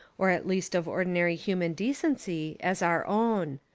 or at least of ordinary human decency, as our own.